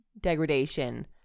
degradation